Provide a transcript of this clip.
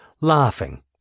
laughing